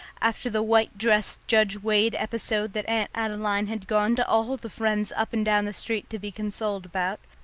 after the white-dress, judge-wade episode that aunt adeline had gone to all the friends up and down the street to be consoled about,